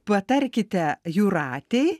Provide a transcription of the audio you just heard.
patarkite jūratei